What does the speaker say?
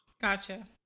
gotcha